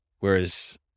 Whereas